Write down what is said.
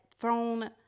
thrown